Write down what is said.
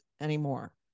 anymore